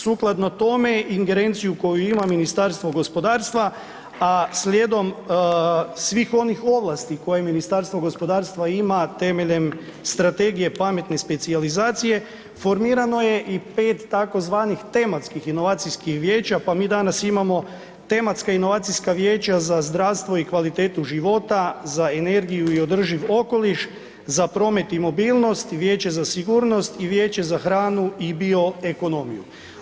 Sukladno tome ingerenciju koju imam Ministarstvo gospodarstva, a slijedom svih onih ovlasti koje Ministarstvo gospodarstva ima temeljem strategije pametne specijalizacije formirano je i 5 tzv. tematskih inovacijskih vijeća, pa mi danas imamo tematska inovacijska vijeća za zdravstvo i kvalitetu života, za energiju i održiv okoliš, za promet i mobilnost, vijeće za sigurnost i vijeće za hranu i bioekonomiju.